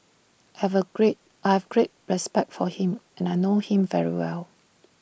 have A great I have great respect for him and I know him very well